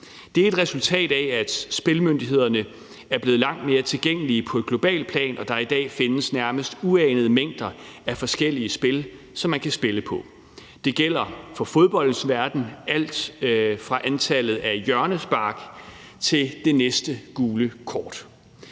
Det er et resultat af, at spillemulighederne er blevet langt mere tilgængelige på globalt plan, og at der i dag findes nærmest uanede mængder af forskellige spil, som man kan spille på. Det gælder i fodboldens verden alt fra antallet af hjørnespark til det næste gule kort.